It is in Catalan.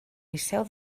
liceu